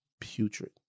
putrid